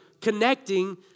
connecting